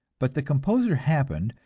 but the composer happened,